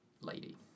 lady